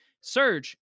Surge